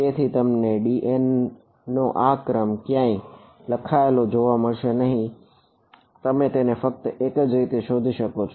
તેથી તમને dn નો આ ક્રમ ક્યાંય લખાયેલો જોવા મળશે નહીં તમે તેને ફક્ત એકજ રીતે શોધી શકશો